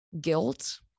guilt